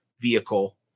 vehicle